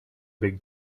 big